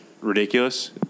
ridiculous